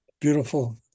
beautiful